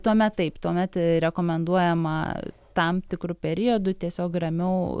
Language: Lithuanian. tuomet taip tuomet rekomenduojama tam tikru periodu tiesiog ramiau